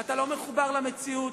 אתה לא מחובר למציאות,